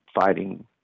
fighting